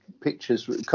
pictures